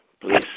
please